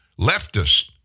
leftists